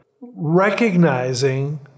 recognizing